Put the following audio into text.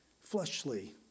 fleshly